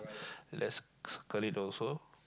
let's circle it also